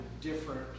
different